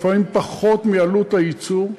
לפעמים פחות מעלות הייצור,